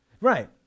Right